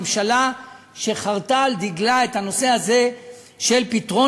ממשלה שחרתה על דגלה את הנושא הזה של פתרון